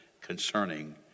concerning